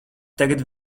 tagad